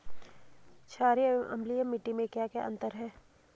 छारीय एवं अम्लीय मिट्टी में क्या क्या अंतर हैं?